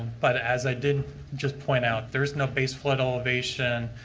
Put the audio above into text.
but as i did just point out, there's no base flood elevation.